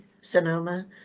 Sonoma